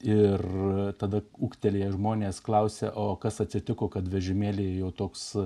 ir tada ūgtelėję žmonės klausia o kas atsitiko kad vežimėlyje jau toks